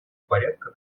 порядка